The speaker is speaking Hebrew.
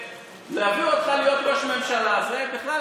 להביא אותך להיות ראש ממשלה זה בכלל,